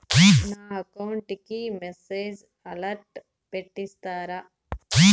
నా అకౌంట్ కి message alert పెట్టిస్తారా